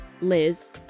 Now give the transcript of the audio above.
Liz